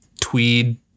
tweed